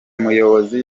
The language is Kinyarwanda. muyobozi